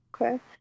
Okay